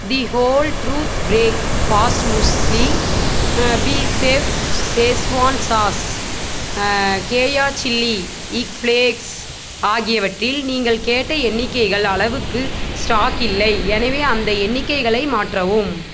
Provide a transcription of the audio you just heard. தி whole truth breakfast muesli பீசெஃப் schezwan sauce Keya chilli flakes ஆகியவற்றில் நீங்கள் கேட்ட எண்ணிக்கைகள் அளவுக்கு ஸ்டாக் இல்லை எனவே அந்த எண்ணிக்கைகளை மாற்றவும்